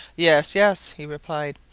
yes, yes, he replied,